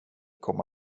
kommer